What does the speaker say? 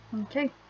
Okay